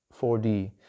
4D